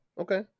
okay